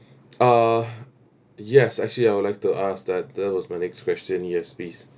uh yes actually I would like to ask that that was my next question yes please